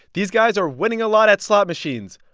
these guys are winning a lot at slot machines.